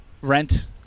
rent